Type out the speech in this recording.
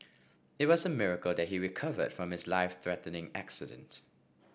it was a miracle that he recovered from his life threatening accident